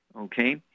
okay